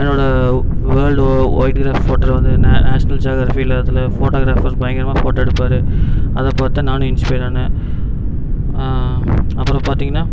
என்னோடய world wild ஃபோட்டோவில வந்து என்ன நேஷனல் ஜாக்ரஃபில இதில் ஃபோட்டோகிராஃபர் பயங்கரமாக ஃபோட்டோ எடுப்பார் அதை பார்த்து தான் நானும் இன்ஸ்ப்பயர் ஆனேன் அப்புறம் பார்த்திங்கன்னா